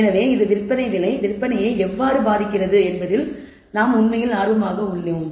எனவே இந்த விற்பனை விலை விற்பனையை எவ்வாறு பாதிக்கிறது என்பதில் நீங்கள் உண்மையில் ஆர்வமாக உள்ளீர்கள்